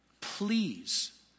please